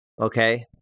Okay